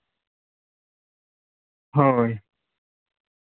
ᱦᱳᱭ